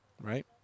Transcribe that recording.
right